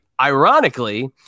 ironically